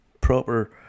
proper